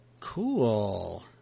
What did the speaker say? Cool